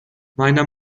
meiner